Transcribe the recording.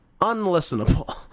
unlistenable